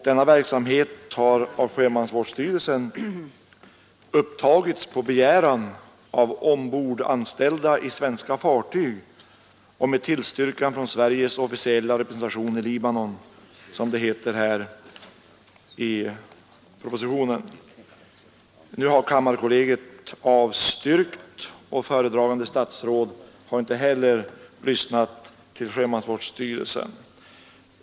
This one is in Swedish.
Denna verksamhet har av sjömansvårdsstyrelsen upptagits på begäran av ombordanställda i svenska fartyg och på tillstyrkan av Sveriges officiella representation i Libanon, som det heter i propositionen. Kammarkollegiet har avstyrkt, och föredragande statsråd har inte heller lyssnat till sjömansvårdsstyrelsen.